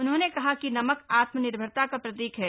उन्होंने कहा कि नमक आत्मनिर्भरता का प्रतीक है